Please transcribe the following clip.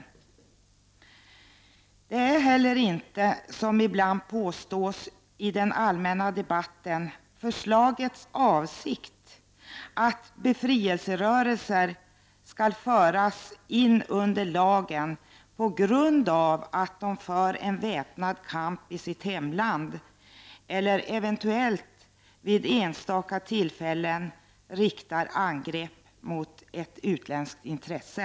Det är heller inte — som ibland påståtts i den allmänna debatten — förslagets avsikt att befrielserörelser skall föras in under lagen på grund av att de för en väpnad kamp i sitt hemland eller eventuellt vid enstaka tillfällen riktar angrepp mot ett utländskt intresse.